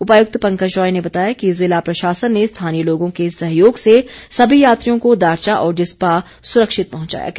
उपायुक्त पंकज रॉय ने बताया कि जिला प्रशासन ने स्थानीय लोगों के सहयोग से सभी यात्रियों को दारचा और जिस्पा सुरक्षित पहुंचाया गया